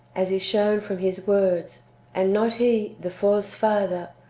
as is shown from his words and not he, the false father,